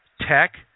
tech